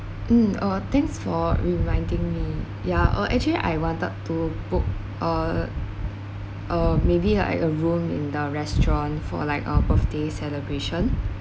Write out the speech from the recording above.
mm oh thanks for reminding me yeah uh actually I wanted to book uh a maybe like a room in the restaurant for like a birthday celebration